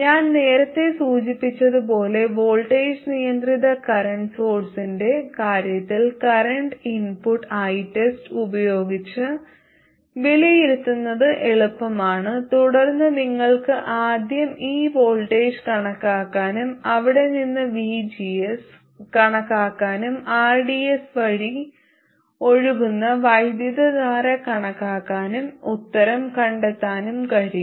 ഞാൻ നേരത്തെ സൂചിപ്പിച്ചതുപോലെ വോൾട്ടേജ് നിയന്ത്രിത കറന്റ് സോഴ്സിന്റെ കാര്യത്തിൽ കറന്റ് ഇൻപുട്ട് ITEST ഉപയോഗിച്ച് വിലയിരുത്തുന്നത് എളുപ്പമാണ് തുടർന്ന് നിങ്ങൾക്ക് ആദ്യം ഈ വോൾട്ടേജ് കണക്കാക്കാനും അവിടെ നിന്ന് vgs കണക്കാക്കാനും rds വഴി ഒഴുകുന്ന വൈദ്യുതധാര കണക്കാക്കാനും ഉത്തരം കണ്ടെത്താനും കഴിയും